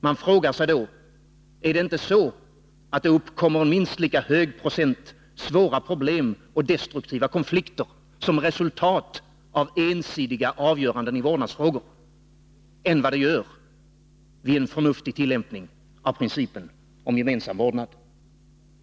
Man frågar sig då: Är det inte så att det uppkommer minst lika hög procent svåra problem och destruktiva konflikter som resultat av ensidiga avgöranden i vårdnadsfrågor som det gör vid en förnuftig tillämpning av principen om gemensam vårdnad?